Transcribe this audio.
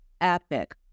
epic